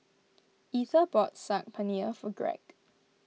Etha bought Saag Paneer for Greg